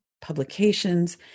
publications